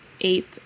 eight